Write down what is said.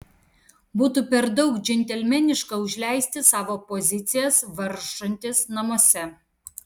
būtų per daug džentelmeniška užleisti savo pozicijas varžantis namuose